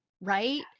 right